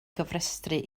gofrestru